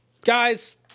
Guys